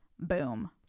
Boom